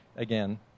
Again